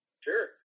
sure